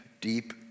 deep